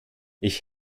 ich